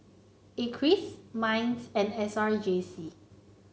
Acres Minds and S R J C